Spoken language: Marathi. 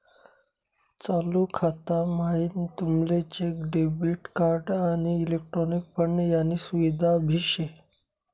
चालू खाता म्हाईन तुमले चेक, डेबिट कार्ड, आणि इलेक्ट्रॉनिक फंड यानी सुविधा भी शे